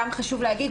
חשוב להגיד,